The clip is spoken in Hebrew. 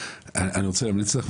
אני רוצה להמליץ לך,